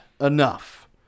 enough